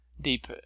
deep